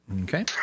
Okay